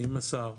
עם השר,